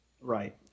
Right